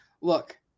look